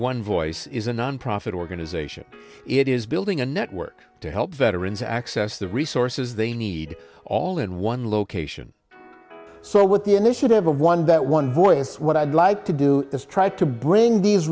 one voice is a nonprofit organization it is building a network to help veterans access the resources they need all in one location so what the initiative of one that one voice what i'd like to do is try to bring these